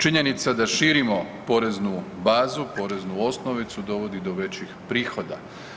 Činjenica da širimo poreznu bazu, poreznu osnovicu dovodi do većih prihoda.